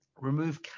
remove